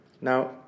Now